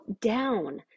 down